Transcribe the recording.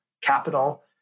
capital